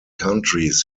countries